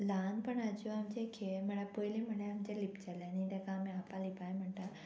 ल्हानपणाच्यो आमच्यो खेळ म्हळ्यार पयलीं म्हणल्यार आमचे लिपचेल्यांनी तेका आमी आपा लिपाय म्हणटा